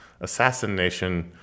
Assassination